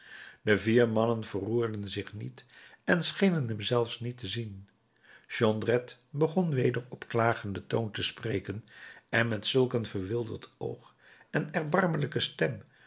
de vier mannen verroerden zich niet en schenen hem zelfs niet te zien jondrette begon weder op klagenden toon te spreken en met zulk een verwilderd oog en erbarmelijke stem